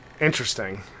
Interesting